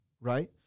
Right